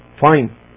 fine